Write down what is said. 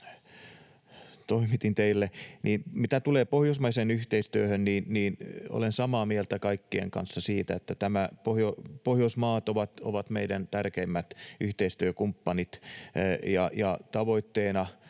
toimitin teille. Mitä tulee pohjoismaiseen yhteistyöhön, niin olen samaa mieltä kaikkien kanssa siitä, että Pohjoismaat ovat meidän tärkeimmät yhteistyökumppanimme. Ja tavoitteena